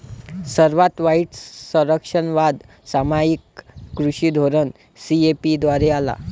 सर्वात वाईट संरक्षणवाद सामायिक कृषी धोरण सी.ए.पी द्वारे आला